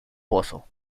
pozo